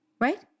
Right